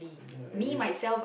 ya I wish